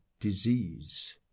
disease